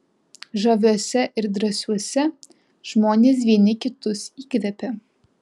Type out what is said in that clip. žaviuose ir drąsiuose žmonės vieni kitus įkvepia